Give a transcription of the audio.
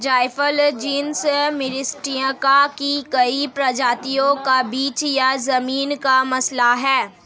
जायफल genus Myristica की कई प्रजातियों का बीज या जमीन का मसाला है